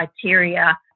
criteria